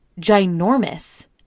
ginormous